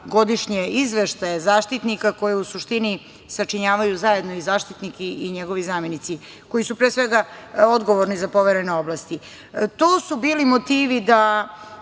godišnje izveštaje Zaštitnika koje u suštini sačinjavaju zajedno i Zaštitnik i njegovi zamenici, koji su odgovorni za poverene oblasti. To su bili motivi i